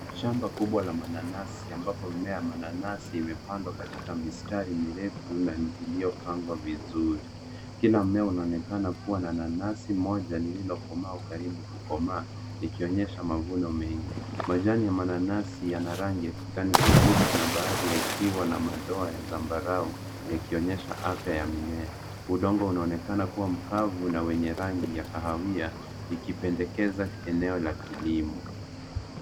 Shamba kubwa la mananasi ambapo mimea ya mananasi imepandwa katika mistari mirefu na iliyopangwa vizuri. Kila mmea unaonekana kuwa na nanasi, moja lililokomaa au karibu kukomaa likionyesha mavuno mengi. Majani ya mananasi yana rangi ya kijani kibichi na baadhi yakiwa na madoa ya zambarau, yakionyesha afya ya mimea. Udongo unaonekana kuwa mkavu na wenye rangi ya kahawia, ikipendekeza eneo la kilimo.